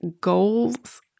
goals